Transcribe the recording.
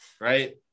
right